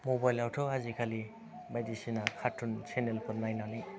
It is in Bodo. मबाइलआवथ' आजिकालि बायदिसिना कार्टुन चेनेलफोर नायनानै